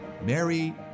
Mary